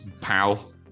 pal